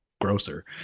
grosser